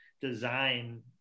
design